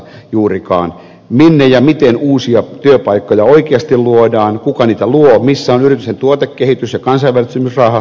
minne ja miten uusia työpaikkoja oikeasti luodaan kuka niitä luo missä on yrityksen tuotekehitys ja kansainvälistymisraha